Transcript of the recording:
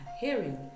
hearing